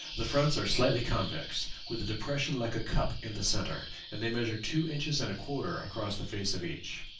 the fronts are slightly convex, with a depression like a cup in the centre, and they measure two inches and a quarter across the face of each.